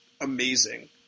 amazing